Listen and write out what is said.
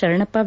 Sharanappa V